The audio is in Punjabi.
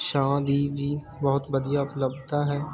ਛਾਂ ਦੀ ਵੀ ਬਹੁਤ ਵਧੀਆ ਉਪਲਬਧਤਾ ਹੈ